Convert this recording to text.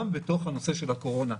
הוא גם בתוך הנושא של הקורונה.